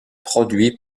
produit